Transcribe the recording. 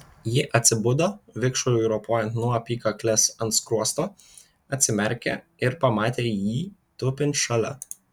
ji atsibudo vikšrui ropojant nuo apykaklės ant skruosto atsimerkė ir pamatė jį tupint šalia